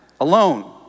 alone